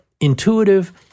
intuitive